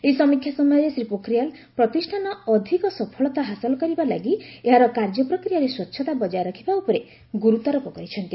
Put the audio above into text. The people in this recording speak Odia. ଏହି ସମୀକ୍ଷା ସମୟରେ ଶ୍ରୀ ପୋଖରିଆଲ୍ ପ୍ରତିଷ୍ଠାନ ଅଧିକ ସଫଳତା ହାସଲ କରିବା ଲାଗି ଏହାର କାର୍ଯ୍ୟ ପ୍ରକ୍ରିୟାରେ ସ୍ପଚ୍ଛତା ବଜାୟ ରଖିବା ଉପରେ ଗୁରୁତ୍ୱାରୋପ କରିଛନ୍ତି